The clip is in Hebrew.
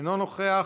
אינו נוכח,